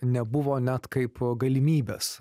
nebuvo net kaip galimybės